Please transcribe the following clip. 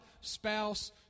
spouse